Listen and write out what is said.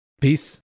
Peace